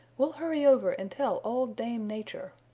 we'll hurry over and tell old dame nature,